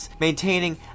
maintaining